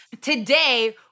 today